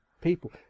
people